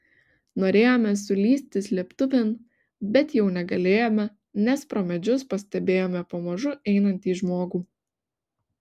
norėjome sulįsti slėptuvėn bet jau negalėjome nes pro medžius pastebėjome pamažu einantį žmogų